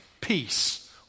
peace